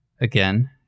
again